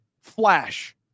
flash